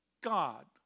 God